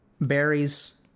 Berries